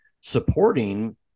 supporting